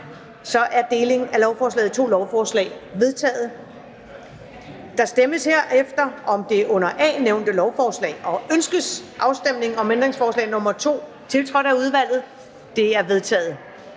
Delingen af lovforslaget i to lovforslag er vedtaget. Der stemmes herefter om det under A nævnte lovforslag: Ønskes afstemning om ændringsforslag nr. 2, tiltrådt af udvalget? Det er vedtaget.